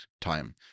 time